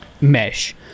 mesh